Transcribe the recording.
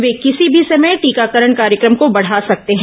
वे किसी भी समय टीकाकरण कार्यक्रम को बढ़ा सकते हैं